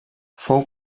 fou